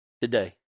today